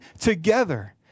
together